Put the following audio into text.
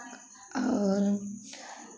और